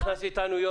נכנס אלינו רם שפע,